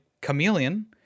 Chameleon